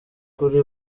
kuri